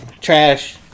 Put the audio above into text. trash